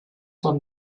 from